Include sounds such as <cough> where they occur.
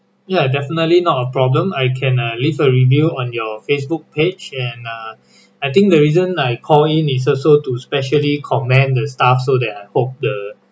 yeah definitely not a problem I can uh leave a review on your facebook page and uh <breath> I think the reason I call in is also to specially commend the staff so that I hope the